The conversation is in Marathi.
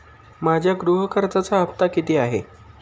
माझ्या गृह कर्जाचा हफ्ता किती आहे?